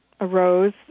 arose